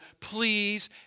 please